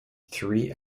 three